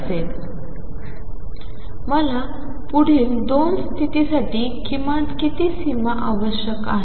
असेल मला पुढील दोन स्थितीसाठी किमान किती सीमा आवश्यक आहे